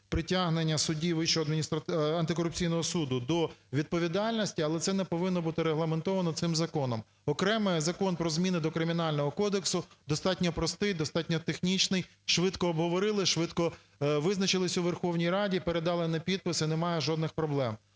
притягнення судді Вищого антикорупційного суду до відповідальності. Але це не повинно бути регламентовано цим законом. Окремо Закон про зміни до Кримінального кодексу достатньо простий, достатньо технічний, швидко обговорили, швидко визначились у Верховній Раді, передали на підпис і немає жодних проблем.